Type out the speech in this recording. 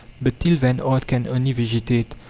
but till then art can only vegetate.